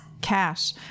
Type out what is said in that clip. cash